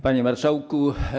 Panie Marszałku!